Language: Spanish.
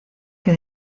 que